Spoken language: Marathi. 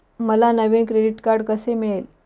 मला नवीन क्रेडिट कार्ड कसे मिळेल?